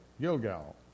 Gilgal